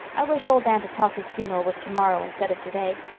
i wish old aunt atossa's funeral was tomorrow instead of today.